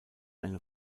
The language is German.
eine